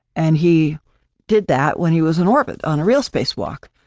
and he did that when he was in orbit on a real spacewalk.